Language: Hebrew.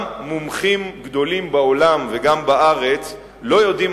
גם מומחים גדולים בעולם וגם בארץ לא יודעים